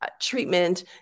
treatment